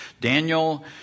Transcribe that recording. Daniel